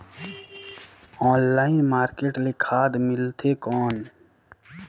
Online market ले खाद मिलथे कौन?